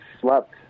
slept